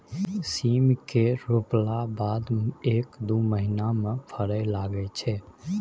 सीम केँ रोपला बाद एक दु महीना मे फरय लगय छै